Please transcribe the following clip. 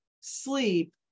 sleep